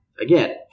again